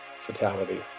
fatality